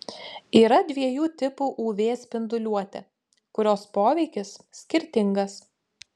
yra dviejų tipų uv spinduliuotė kurios poveikis skirtingas